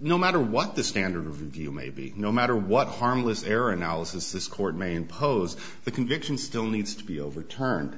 no matter what the standard view may be no matter what harmless error analysis this court may impose the conviction still needs to be overturned